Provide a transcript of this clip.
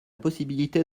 possibilité